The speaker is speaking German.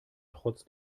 trotz